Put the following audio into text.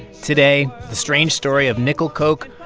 today, the strange story of nickel coke,